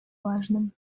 важным